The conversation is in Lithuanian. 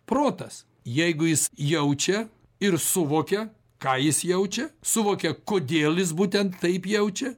protas jeigu jis jaučia ir suvokia ką jis jaučia suvokia kodėl jis būtent taip jaučia